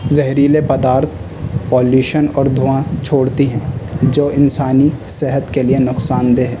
زہریلے پدارتھ پولیوشن اور دھواں چھوڑتی ہیں جو انسانی صحت کے لیے نقصاندہ ہے